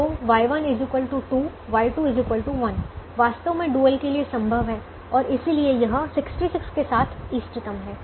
तो Y1 2 Y2 1 वास्तव में डुअल के लिए संभव है और इसलिए यह 66 के साथ इष्टतम है